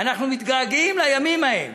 מתגעגעים לימים ההם,